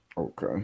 Okay